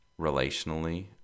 relationally